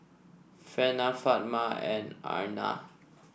Hana Fatimah and Aina